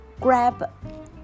grab